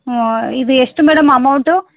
ಹ್ಞೂ ಇದು ಎಷ್ಟು ಮೇಡಮ್ ಅಮೌಂಟು